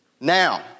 Now